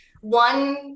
One